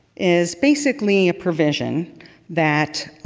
is basically a provision that